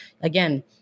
again